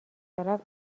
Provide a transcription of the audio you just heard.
دارد